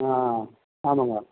ஆ ஆமாங்க